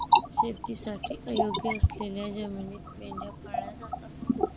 शेतीसाठी अयोग्य असलेल्या जमिनीत मेंढ्या पाळल्या जातात